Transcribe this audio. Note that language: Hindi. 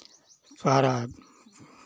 सारा